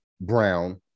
brown